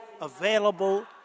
available